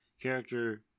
character